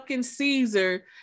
Caesar